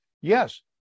yes